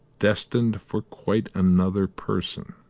destined for quite another person.